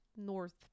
north